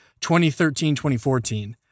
2013-2014